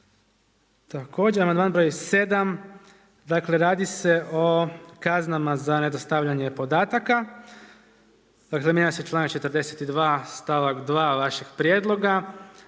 br. 7 dakle radi se o kaznama za nedostavljanje podataka. Dakle mijenja se članak 42. stavak 2 vašeg prijedloga